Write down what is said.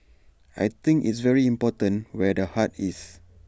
I think it's very important where the heart is